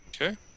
Okay